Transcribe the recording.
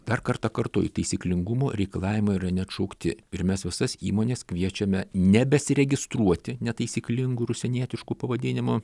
dar kartą kartoju taisyklingumo reikalavimai yra neatšaukti ir mes visas įmones kviečiame nebesiregistruoti netaisyklingų ir užsienietiškų pavadinimų